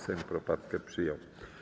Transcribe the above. Sejm poprawkę przyjął.